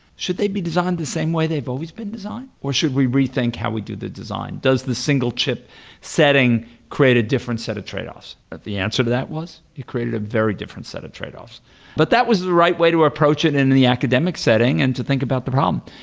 should they be designed the same way they've always been designed, or should we rethink how we do the design? does the single chip setting create a different set of tradeoffs? the answer to that was you created a very different set of tradeoffs but that was the right way to approach it in the academic setting and to think about the problem.